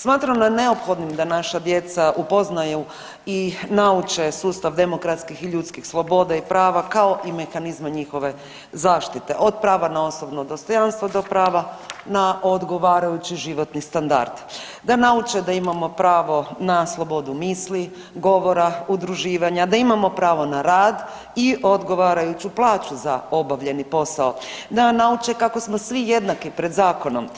Smatramo neophodnim da naša djeca upoznaju i nauče sustav demokratskih i ljudskih sloboda i prava, kao i mehanizme njihove zaštite, od prava na osobno dostojanstvo do prava na odgovarajući životni standard, da nauče da imamo pravo na slobodu misli, govora, udruživanja, da imamo pravo na rad i odgovarajuću plaću za obavljeni posao, da nauče kako smo svi jednaki pred zakonom,